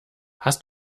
hast